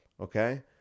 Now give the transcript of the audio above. Okay